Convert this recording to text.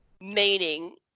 meaning